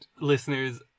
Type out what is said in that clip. listeners